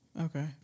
Okay